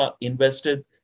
invested